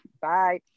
Bye